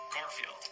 Garfield